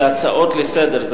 זה הצעות לסדר-היום.